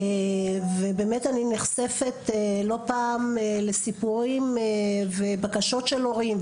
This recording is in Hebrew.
ובאמת אני נחשפת לא פעם לסיפורים ובקשות של הורים,